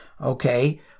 Okay